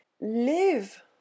live